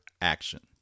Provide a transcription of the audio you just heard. action